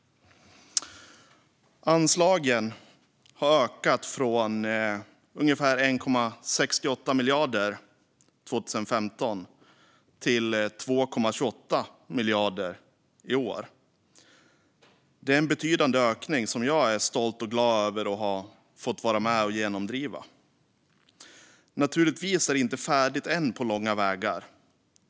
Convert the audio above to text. Anslagen har ökat från ungefär 1,68 miljarder 2015 till 2,28 miljarder i år. Det är en betydande ökning, som jag är stolt och glad över att ha fått vara med och genomdriva. Men naturligtvis är det inte färdigt än på långa vägar.